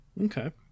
Okay